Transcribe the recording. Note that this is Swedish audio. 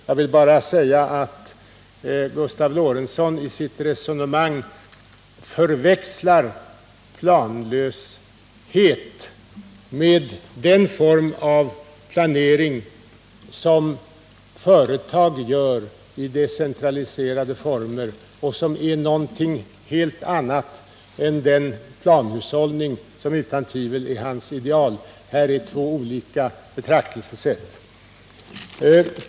Jag vill bara säga att Gustav Lorentzon i sitt resonemang förväxlar planlöshet med den form av planering som företag gör i decentraliserade former och som är någonting helt annat än den planhushållning som utan tvivel är Gustav Lorentzons ideal. Här är två olika betraktelsesätt.